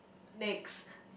next